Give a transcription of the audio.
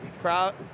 Crowd